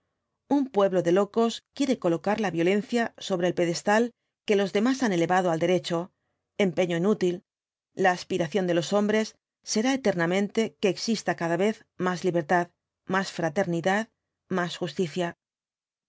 un pueblo de locos quiere colocar la violencia sobre el pedestal que los demás han elevado al derecho empeño inútil la aspiración de los hombres será eternamente que exista cada vez más libertad más fraternidad más justicia